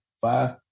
Five